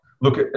Look